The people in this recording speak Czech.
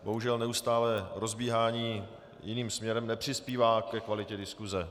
Bohužel neustálé rozbíhání jiným směrem nepřispívá ke kvalitě diskuse.